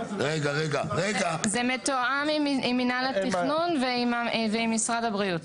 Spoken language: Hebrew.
זה מתואם עם מינהל התכנון ועם משרד הבריאות.